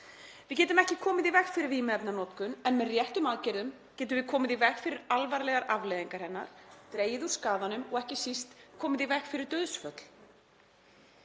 Við getum ekki komið í veg fyrir vímuefnanotkun en með réttum aðgerðum getum við komið í veg fyrir alvarlegar afleiðingar hennar, dregið úr skaðanum og ekki síst komið í veg fyrir dauðsföll.